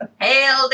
Hail